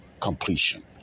completion